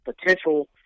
potential